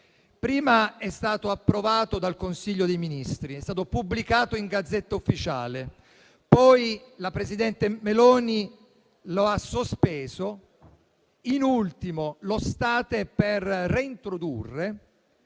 Prima è stato approvato dal Consiglio dei ministri e pubblicato in *Gazzetta Ufficiale*, poi la presidente Meloni lo ha sospeso e, in ultimo, lo state per reintrodurre